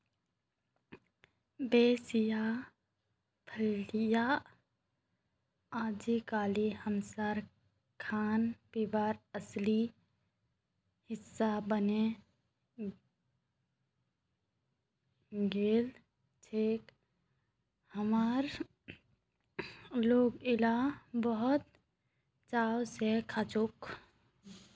beans या फलियां अइजकाल हमसार खानपीनेर असली हिस्सा बने गेलछेक और लोक इला बहुत चाव स खाछेक